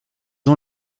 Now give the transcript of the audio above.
ont